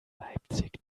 leipzig